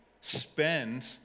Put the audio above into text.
spend